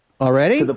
Already